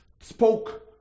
spoke